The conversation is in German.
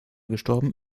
gestorben